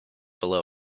below